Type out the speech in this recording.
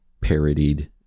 parodied